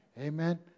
Amen